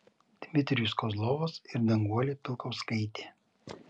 dmitrijus kozlovas ir danguolė pilkauskaitė